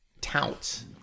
touts